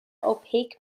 opaque